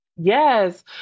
Yes